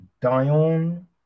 Dion